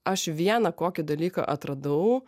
aš vieną kokį dalyką atradau